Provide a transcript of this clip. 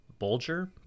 Bolger